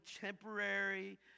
temporary